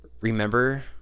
remember